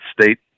state